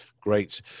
great